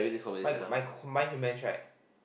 bike bike buy human track